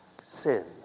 sin